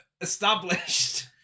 established